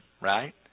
right